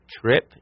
trip